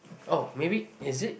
oh maybe is it